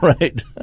Right